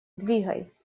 двигай